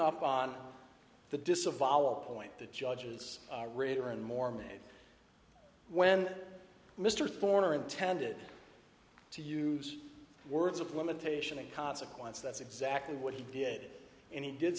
up on the disavowal point the judge is a reader and more made when mr foreigner intended to use words of limitation and consequence that's exactly what he did an